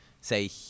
say